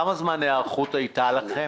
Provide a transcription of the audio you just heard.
כמה זמן היערכות היתה לכם?